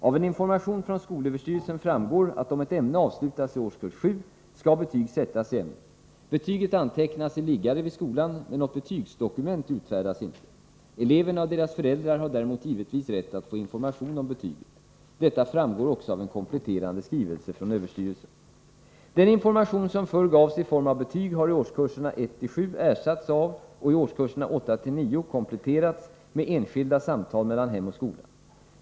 Av en information från skolöverstyrelsen framgår, att om ett ämne avslutas i årskurs 7 skall betyg sättas i ämnet. Betyget antecknas i liggare vid skolan, men något betygsdokument utfärdas inte. Eleverna och deras föräldrar har däremot givetvis rätt att få information om betyget. Detta framgår också av en kompletterande skrivelse från SÖ. Den information som förr gavs i form av betyg har i årskurserna 1-7 ersatts av och i årskurserna 8-9 kompletterats med enskilda samtal mellan hem och skola.